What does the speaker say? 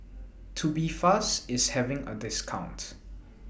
Tubifast IS having A discount